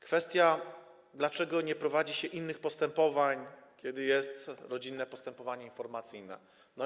Kwestia tego, dlaczego nie prowadzi się innych postępowań, kiedy jest rodzinne postępowanie informacyjne.